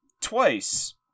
twice